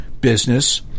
business